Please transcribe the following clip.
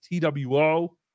TWO